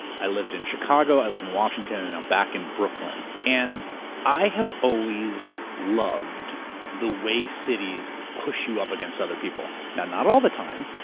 i lived in chicago, i lived in washington, and then i'm back in brooklyn and i have always loved the way cities push you up against other people. now, not all the time.